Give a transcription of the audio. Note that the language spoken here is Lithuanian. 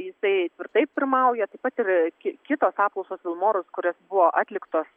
jisai tvirtai pirmauja taip pat ir kitos apklausos vilmorus kurios buvo atliktos